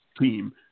team